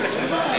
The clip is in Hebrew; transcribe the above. רק שנאה.